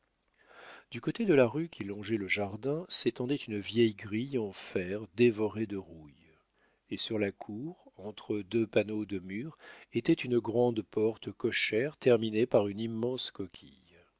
du côté de la rue qui longeait le jardin s'étendait une vieille grille en fer dévorée de rouille et sur la cour entre deux panneaux de mur était une grande porte cochère terminée par une immense coquille